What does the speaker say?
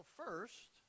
first